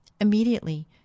Immediately